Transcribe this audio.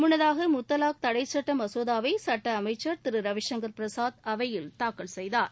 முன்னதாக முத்தலாக் தடைச்சட்ட மசோதாவை சட்ட அமைச்சா் திரு ரவிசங்கா் பிரசாத் அவையில் தாக்கல் செய்தார்